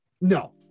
No